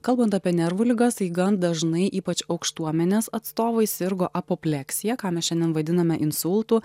kalbant apie nervų ligas tai gan dažnai ypač aukštuomenės atstovai sirgo apopleksija ką mes šiandien vadiname insultu